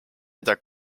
mida